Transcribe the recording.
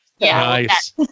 Nice